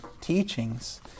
teachings